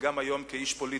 וגם היום כאיש פוליטי,